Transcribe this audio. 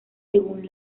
según